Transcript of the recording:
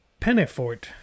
Pennefort